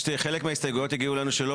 חלק מההסתייגויות הגיעו אלינו שלא